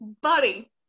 buddy